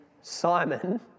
Simon